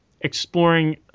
exploring